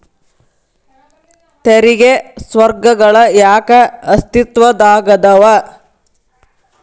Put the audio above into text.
ತೆರಿಗೆ ಸ್ವರ್ಗಗಳ ಯಾಕ ಅಸ್ತಿತ್ವದಾಗದವ